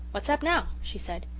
what's up now she said.